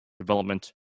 development